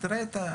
תראה מה קורה.